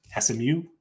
SMU